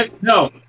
No